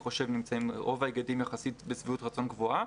רוב ההיגדים יחסית בשביעות רצון גבוהה,